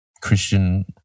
Christian